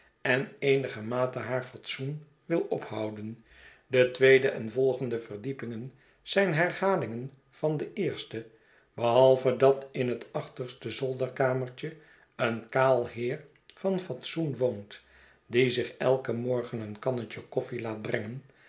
en eenigermate haar fatsoen wil ophouden de tweede en volgende verdiepingen zijn herhalingen van de eerste behalve dat in het achterste zolderkamertje een kaal heer van fatsoen woont die zich elken morgen een kannetje koffie laat brengen